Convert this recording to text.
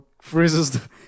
freezes